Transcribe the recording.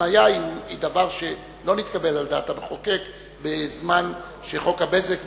התניה היא דבר שלא התקבל על דעת המחוקק בזמן שחוק הבזק,